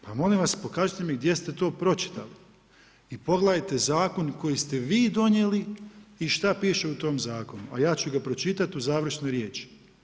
Pa molim vas pokažite mi gdje ste to pročitali i pogledajte zakon koji ste vi donijeli i šta piše u tom zakonu, a ja ću ga pročitati u završnoj riječi.